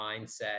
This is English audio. mindset